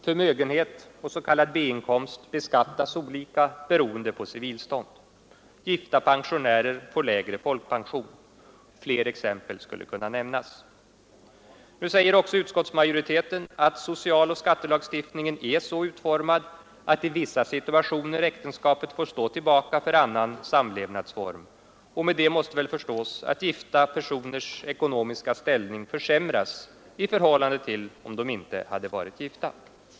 Förmögenhet och s.k. B-inkomst beskattas olika beroende på civilstånd. Gifta pensionärer får lägre folkpension. Fler exempel skulle kunna nämnas. Nu säger också utskottsmajoriteten att socialoch skattelagstiftningen är så utformad att i vissa situationer äktenskapet får stå tillbaka för annan samlevnadsform, och med det måste väl förstås att gifta personers ekonomiska ställning försämras i förhållande till om de inte hade varit gifta.